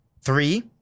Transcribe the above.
Three